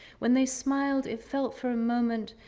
when they smiled, it felt for a moment,